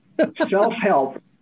self-help